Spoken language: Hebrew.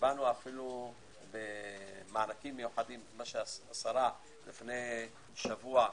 קיבלנו אפילו מענקים מיוחדים, מה שהשרה לפני שבוע,